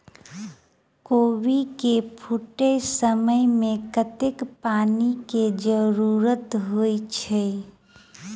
कोबी केँ फूटे समय मे कतेक पानि केँ जरूरत होइ छै?